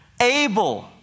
Able